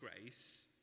grace